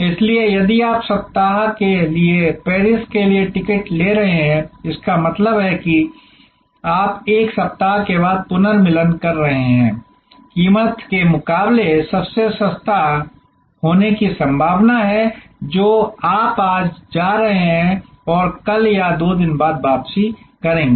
इसलिए यदि आप एक सप्ताह के लिए पेरिस के लिए टिकट ले रहे हैं इसका मतलब है कि आप 1 सप्ताह के बाद पुनर्मिलन कर रहे हैं कीमत की कीमत के मुकाबले सबसे सस्ता होने की संभावना है जो आप आज जा रहे हैं और कल या 2 दिन बाद वापसी करेंगे